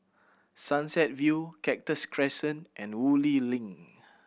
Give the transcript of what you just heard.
Sunset View Cactus Crescent and Woodleigh Link